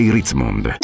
Ritzmond